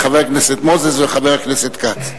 לחבר הכנסת מוזס ולחבר הכנסת כץ.